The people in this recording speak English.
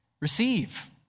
Receive